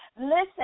Listen